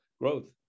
growth